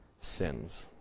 sins